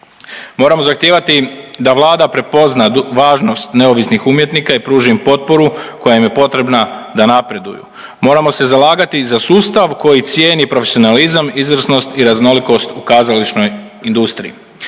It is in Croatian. Moramo zahtijevati da Vlada prepozna važnost neovisnih umjetnika i pruži im potporu koja im je potrebna da napreduju. Moramo se zalagati za sustav koji cijeni profesionalizam, izvrsnost i raznolikost u kazališnoj industriji.